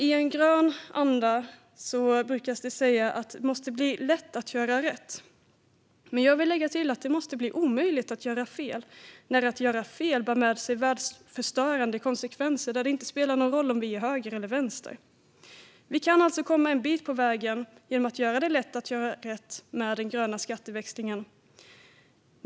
I en grön anda brukar det ofta sägas att det ska vara lätt att göra rätt, men jag vill lägga till att det måste bli omöjligt att göra fel, när att göra fel bär med sig världsförstörande konsekvenser där det inte spelar någon roll om man är höger eller vänster. Vi kan alltså komma en bit på vägen att göra det lätt att göra rätt med en grön skatteväxling.